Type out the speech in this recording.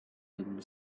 and